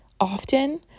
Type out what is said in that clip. often